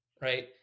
right